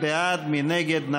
מי בעד, מי נגד?